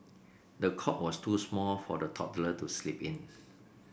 the cot was too small for the toddler to sleep in